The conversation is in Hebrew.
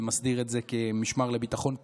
ומסדיר את זה כמשמר לביטחון לאומי,